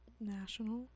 National